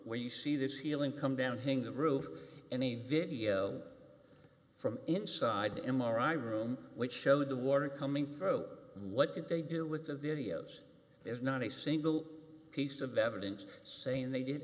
where you see this healing come down hang the roof any video from inside the m r i room which showed the water coming through and what did they do with the videos there's not a single piece of evidence saying they did